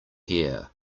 here